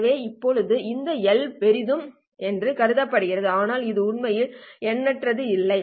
எனவே இப்போது இந்த L பெரியது என்று கருதுவோம் ஆனால் இது உண்மையில் எல்லையற்றது இல்லை